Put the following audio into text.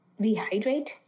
rehydrate